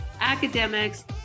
academics